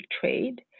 Trade